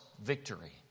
victory